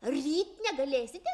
ryt negalėsite